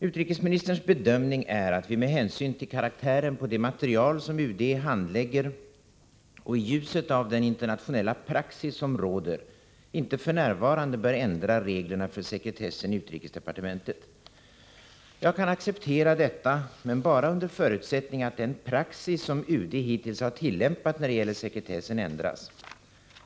Utrikesministerns bedömning är att vi med hänsyn till karaktären på det material som UD handlägger och i ljuset av den internationella praxis som råder inte f. n. bör ändra reglerna för sekretessen i utrikesdepartementet. Jag kan acceptera detta — men bara under förutsättning att den praxis som UD hittills har tillämpat när det gäller sekretessen ändras.